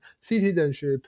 Citizenship